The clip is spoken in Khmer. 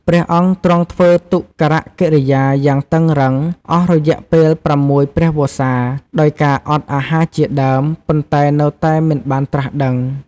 ព្រះអង្គទ្រង់ធ្វើទុក្ករកិរិយាយ៉ាងតឹងរ៉ឹង អស់រយៈពេល ៦ ព្រះវស្សា ដោយការអត់អាហារជាដើម ប៉ុន្តែនៅតែមិនបានត្រាស់ដឹង។